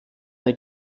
eine